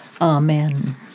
Amen